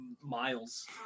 miles